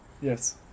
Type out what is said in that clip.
Yes